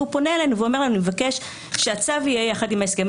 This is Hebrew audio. ולכן הצד פונה אלינו ומבקש שהצו יהיה יחד עם ההסכם,